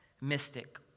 mystic